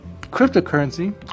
Cryptocurrency